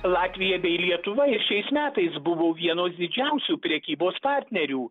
latvija bei lietuva ir šiais metais buvo vienos didžiausių prekybos partnerių